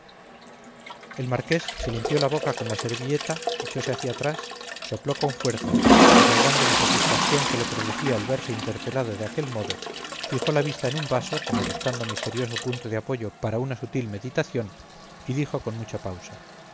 el marqués se limpió la boca con la servilleta echóse hacia atrás sopló con fuerza desahogando la satisfacción que le producía el verse interpelado de aquel modo fijó la vista en un vaso como buscando misterioso punto de apoyo para una sutil meditación y dijo con mucha pausa